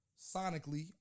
sonically